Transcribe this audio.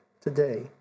today